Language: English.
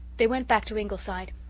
they went back to ingleside.